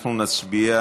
אנחנו נצביע